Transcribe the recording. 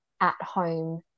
at-home